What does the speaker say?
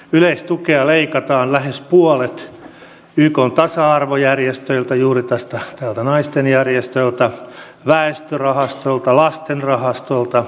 yleistukea leikataan lähes puolet ykn tasa arvojärjestöltä juuri tältä naisten järjestöltä väestörahastolta lastenrahastolta